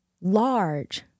large